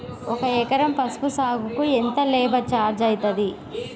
ఒక ఎకరం పసుపు సాగుకు ఎంత లేబర్ ఛార్జ్ అయితది?